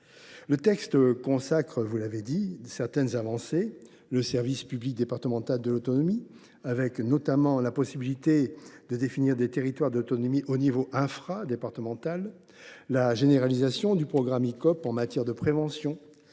Le texte consacre certaines avancées : le service public départemental de l’autonomie, avec notamment la possibilité de définir des territoires de l’autonomie à l’échelon infradépartemental ; la généralisation du programme Icope en matière de prévention